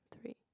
Three